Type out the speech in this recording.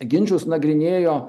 ginčus nagrinėjo